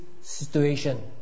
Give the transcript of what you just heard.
situation